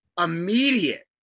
immediate